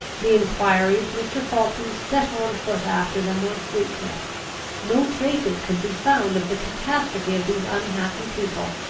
the enquiries mr. falkland set on foot after them were fruitless no traces could be found of the catastrophe of these unhappy people.